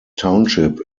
township